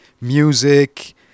music